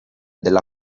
della